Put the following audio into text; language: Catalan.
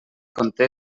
conté